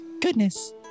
Goodness